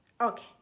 okay